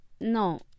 No